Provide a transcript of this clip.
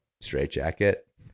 straitjacket